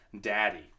daddy